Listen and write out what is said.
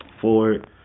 forward